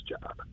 job